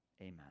amen